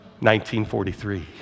1943